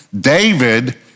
David